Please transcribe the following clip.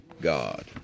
God